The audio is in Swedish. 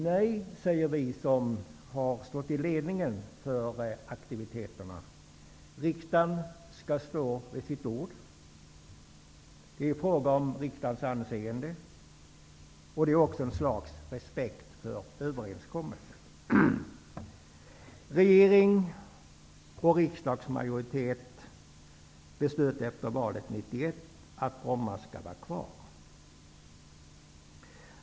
Nej, säger vi som har stått i ledningen för aktiviteterna. Riksdagen skall stå vid sitt ord. Det är fråga om riksdagens anseende, och också fråga om ett slags respekt för överenskommelser. 1991 att Bromma skall vara kvar.